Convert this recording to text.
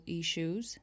issues